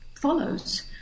follows